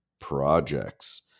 projects